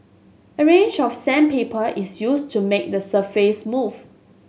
a range of sandpaper is used to make the surface smooth